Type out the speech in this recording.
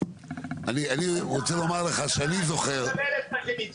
אני רוצה לומר לך שאני זוכר ----- אני